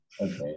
Okay